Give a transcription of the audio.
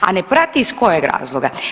A ne prati iz kojeg razloga.